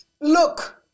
Look